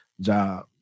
job